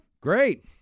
Great